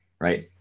Right